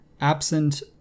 Absent